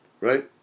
Right